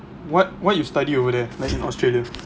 what what you study over there ah like in Australia